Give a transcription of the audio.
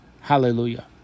Hallelujah